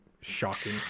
shocking